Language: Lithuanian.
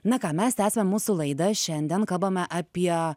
na ką mes tęsiam mūsų laida šiandien kalbame apie